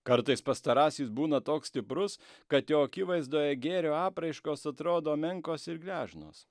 kartais pastarasis būna toks stiprus kad jo akivaizdoje gėrio apraiškos atrodo menkos ir gležnos